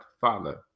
father